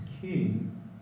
king